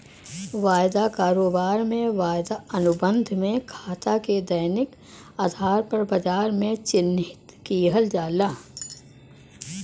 वायदा कारोबार में, वायदा अनुबंध में खाता के दैनिक आधार पर बाजार में चिह्नित किहल जाला